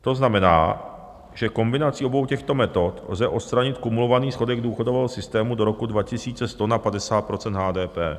To znamená, že kombinací obou těchto metod lze odstranit kumulovaný schodek důchodového systému do roku 2100 na 50 % HDP.